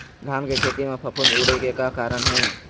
धान के खेती म फफूंद उड़े के का कारण हे?